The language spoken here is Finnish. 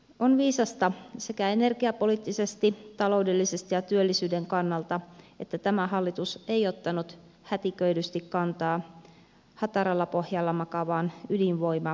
on viisasta sekä energiapoliittisesti taloudellisesti että työllisyyden kannalta että tämä hallitus ei ottanut hätiköidysti kantaa hataralla pohjalla makaavaan ydinvoimakysymykseen